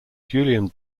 julian